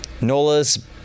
nola's